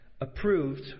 approved